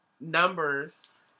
numbers